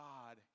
God